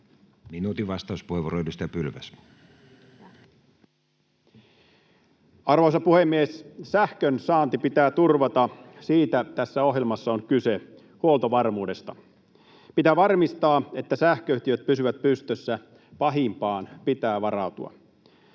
Time: 14:55 Content: Arvoisa puhemies! Sähkön saanti pitää turvata, siitä tässä ohjelmassa on kyse — huoltovarmuudesta. Pitää varmistaa, että sähköyhtiöt pysyvät pystyssä. Pahimpaan pitää varautua.